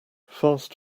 fast